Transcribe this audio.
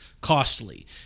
costly